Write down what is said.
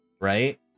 right